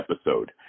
episode